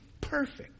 Perfect